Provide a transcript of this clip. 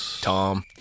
Tom